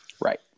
right